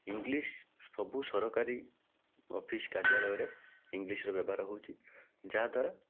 English ସବୁ ସରକାରୀ office କାର୍ଯ୍ୟାଳୟରେ ଇଂଲିଶର ବ୍ୟବହାର ହେଉଛି ଯାହାଦ୍ୱାରା